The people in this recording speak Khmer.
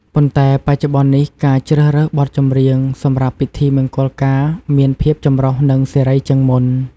ប៉ុន្តែបច្ចុប្បន្ននេះ ការជ្រើសរើសបទចម្រៀងសម្រាប់ពិធីមង្គលការមានភាពចម្រុះនិងសេរីជាងមុន។